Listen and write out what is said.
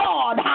God